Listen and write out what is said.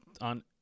on